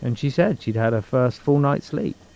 and she said she'd had a first full night's sleep.